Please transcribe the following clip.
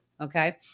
Okay